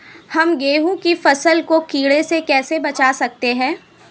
हम गेहूँ की फसल को कीड़ों से कैसे बचा सकते हैं?